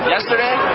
Yesterday